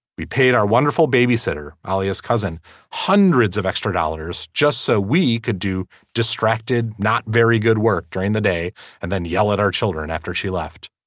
we paid our wonderful babysitter alice's cousin hundreds of extra dollars just so we could do. distracted. not very good work during the day and then yell at our children after she left